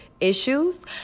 issues